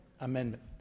amendment